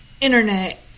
internet